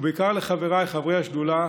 ובעיקר לחבריי חברי השדולה,